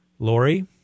Lori